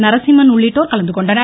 நரசிம்மன் உள்ளிட்டோர் கலந்துகொண்டனர்